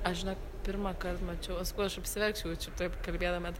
aš žinok pirmąkart mačiau aš sakau aš apsiverkčiau jaučiu taip kalbėdama